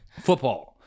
Football